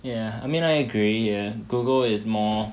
ya I mean I agree ya Google is more